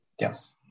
Yes